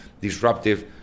disruptive